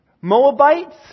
Moabites